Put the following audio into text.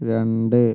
രണ്ട്